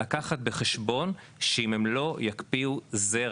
להחזיק את מי שנשאר כדי שהמשפחה לא